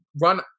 run